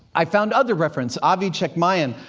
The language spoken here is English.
i found other reference. avi chekmayan,